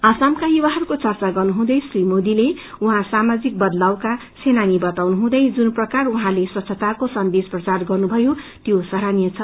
आसामका युवाहरूको चर्चा गर्नु हुँदै श्री मोदीले उहाँ सामाजिक बदतावका सेनानी बताउनुहुँदै भयो जुन प्रकार उहाँले स्वच्छताको सदेश प्रचार गर्नुभयो त्यो सराहनीय छ